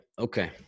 Okay